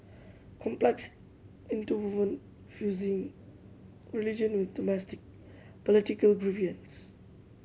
complex interwoven fusing religion with domestic political grievances